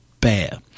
bear